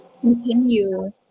continue